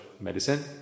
medicine